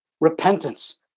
Repentance